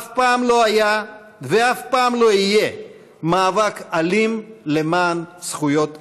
אף פעם לא היה ואף פעם לא יהיה מאבק אלים למען זכויות אדם.